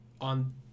on